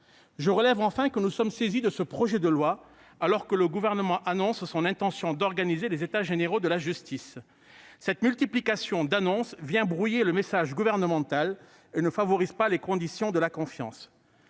Je relève enfin que nous sommes saisis de ce projet de loi alors même que le Gouvernement annonce son intention d'organiser des États généraux de la justice. Cette multiplication d'annonces vient brouiller le message gouvernemental et ne favorise pas les conditions de la confiance.